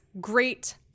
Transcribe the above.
great